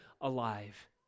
alive